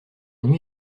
nuit